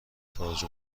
تاج